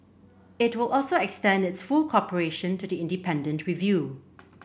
it will also extend its full cooperation to the independent review